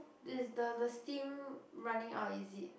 this the the the steam running out is it